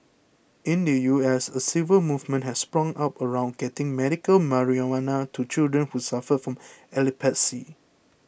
in the U S a civil movement has sprung up around getting medical marijuana to children who suffer from epilepsy